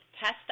test